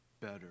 better